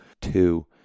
Two